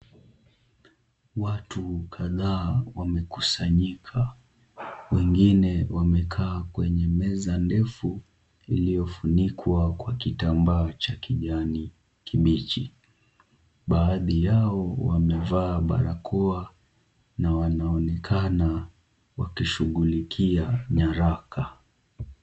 Watu kadhaa wamekusanyika. Wengine wamekaa kwenye meza ndefu iliofunikwa kwa kitambaa cha kijani kibichi. Baadhi yao wamevaa barakoa na wanaoenekana wakishughulikia nyaraka.